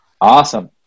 Awesome